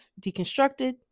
deconstructed